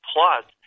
Plus